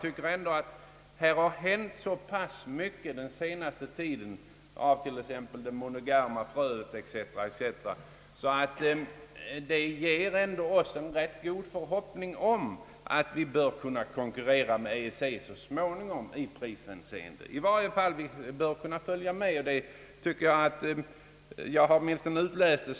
Under den senaste tiden har dock hänt så pass mycket — t.ex. tillkomsten av det monogerma fröet — att det ger oss en rätt god förhoppning om att vi så småningom bör kunna konkurrera med EEC länderna i prishänseende.